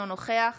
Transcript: אינו נוכח